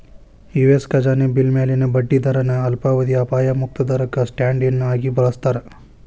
US ಖಜಾನೆ bill ಮ್ಯಾಲಿನ ಬಡ್ಡಿ ದರನ ಅಲ್ಪಾವಧಿಯ ಅಪಾಯ ಮುಕ್ತ ದರಕ್ಕ ಸ್ಟ್ಯಾಂಡ್ ಇನ್ ಆಗಿ ಬಳಸ್ತಾರ